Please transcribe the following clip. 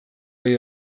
ari